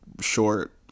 short